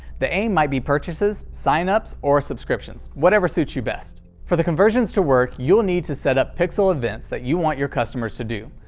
the aim might be purchases, sign ups or subscriptions whatever suits you best. for the conversions to work, you will need to set up pixel events that you want your customers to do.